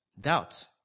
doubt